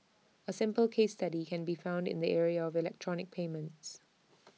A simple case study can be found in the area of electronic payments